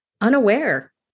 unaware